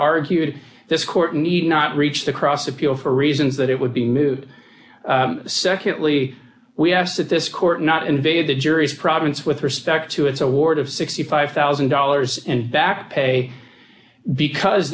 argued this court need not reach the cross appeal for reasons that it would be moot secondly we asked that this court not invade the jury's province with respect to its award of sixty five thousand dollars and back pay because